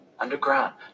Underground